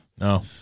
No